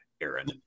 Aaron